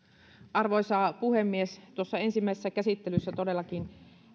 arvoisa puhemies tuossa ensimmäisessä käsittelyssä todellakin